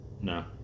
No